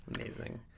Amazing